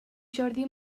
jordi